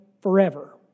forever